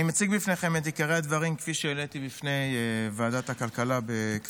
הנושא הבא על סדר-היום: